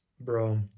Bro